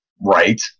right